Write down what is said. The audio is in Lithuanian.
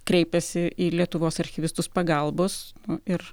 kreipėsi į lietuvos archyvistus pagalbos ir